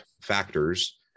factors